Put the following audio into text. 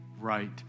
right